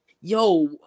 Yo